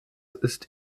ist